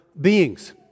beings